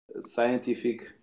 scientific